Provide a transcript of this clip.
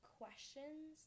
questions